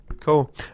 Cool